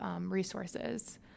resources